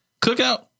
Cookout